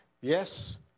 Yes